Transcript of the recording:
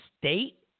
state